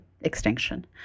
extinction